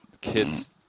Kid's